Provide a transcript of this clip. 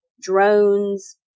drones